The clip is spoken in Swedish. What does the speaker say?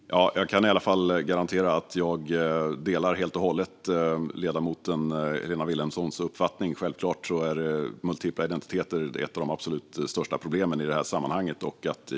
Herr talman! Jag kan i alla fall garantera att jag helt och hållet delar ledamoten Helena Vilhelmssons uppfattning. Självklart är multipla identiteter ett av de absolut största problemen i det här sammanhanget.